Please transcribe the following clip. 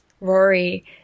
Rory